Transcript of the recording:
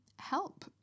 Help